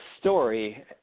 story